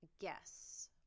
guess